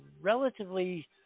relatively